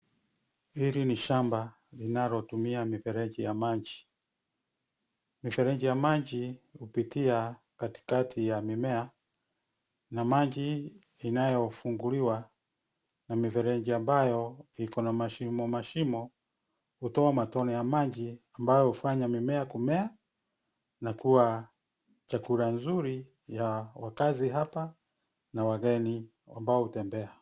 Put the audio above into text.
Hili ni shamba linalotumia mifereji ya maji. Mifereji ya maji hupitia katikati ya mimea na maji inayofunguliwa na mifereji ambayo iko na mashimo mashimo hutoa matone ya maji ambayo hufanya mimea kumea na kuwa chakula mzuri ya wakazi hapa na wageni ambao hutembea.